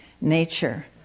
nature